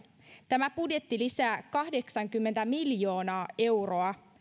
tämä budjetti lisää kahdeksankymmentä miljoonaa euroa